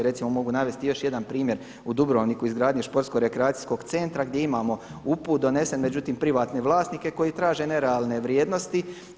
Recimo mogu navesti još jedan primjer u Dubrovniku izgradnje športsko-rekreacijskog centra gdje imamo … donesen međutim privatne vlasnike koji traže nerealne vrijednosti.